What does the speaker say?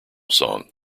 song